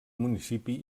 municipi